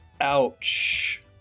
ouch